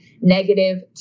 negative